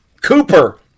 cooper